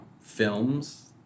films